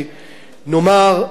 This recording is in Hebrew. שנאמר,